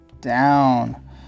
down